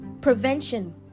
Prevention